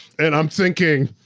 and i'm thinking,